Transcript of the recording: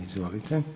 Izvolite.